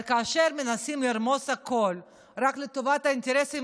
אבל כאשר מנסים לרמוס הכול רק לטובת אינטרסים